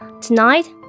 tonight